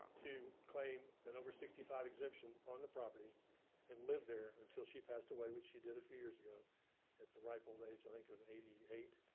to claim an over sixty five exemption on the property and live there until she passed away which she did a few years ago at the ripe old age, i think, of eighty eight.